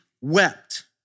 wept